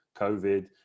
COVID